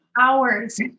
hours